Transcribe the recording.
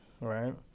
right